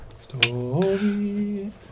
Story